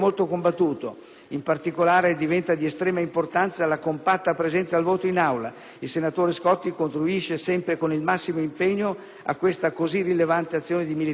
In particolare, diventa di estrema importanza la compatta presenza al voto in Aula. Il senatore Scotti contribuisce sempre con il massimo impegno a questa così rilevante azione di militanza politica.